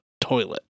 toilet